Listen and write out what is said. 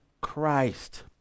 Christ